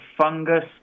fungus